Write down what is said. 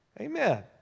Amen